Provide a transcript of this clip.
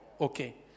okay